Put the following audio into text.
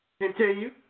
Continue